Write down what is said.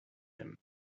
him